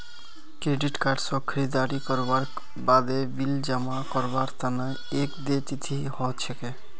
credit card स खरीददारी करवार बादे बिल जमा करवार तना एक देय तिथि ह छेक